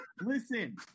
listen